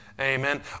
Amen